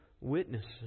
witnesses